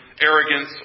arrogance